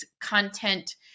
content